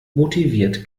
motiviert